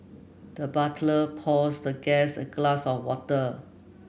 the butler pours the guest a glass of water